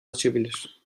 açabilir